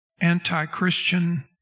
anti-Christian